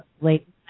late